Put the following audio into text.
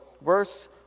Verse